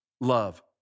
love